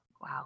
Wow